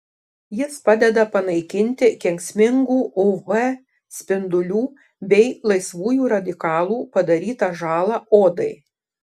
jis padeda panaikinti kenksmingų uv spindulių bei laisvųjų radikalų padarytą žalą odai